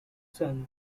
son